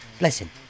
Listen